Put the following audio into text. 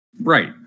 Right